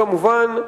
כמובן,